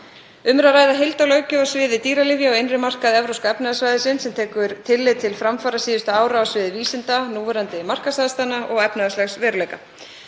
Um er að ræða heildarlöggjöf á sviði dýralyfja á innri markaði Evrópska efnahagssvæðisins sem tekur tillit til framfara síðustu ára á sviði vísinda, núverandi markaðsaðstæðna og efnahagslegs veruleika.